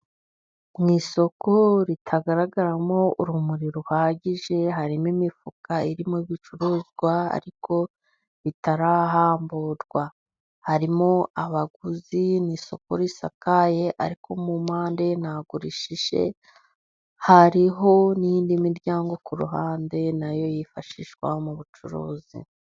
Mu isoko ritagaragaramo urumuri ruhagije, harimo imifuka irimo ibicuruzwa ariko bitarahamburwa, harimo abaguzi ni isoko risakaye ariko mu mpande ntirishije, hariho n'indi miryango ku ruhande nayo yifashishwa mu bucuruzi.